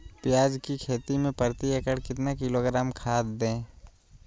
प्याज की खेती में प्रति एकड़ कितना किलोग्राम खाद दे?